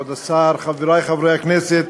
כבוד השר, חברי חברי הכנסת,